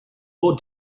more